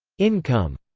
income,